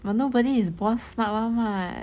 but nobody is born smart one what